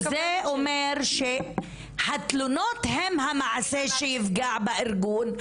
וזה אומר שהתלונות הן המעשה שיפגע בארגון,